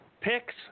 picks